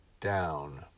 down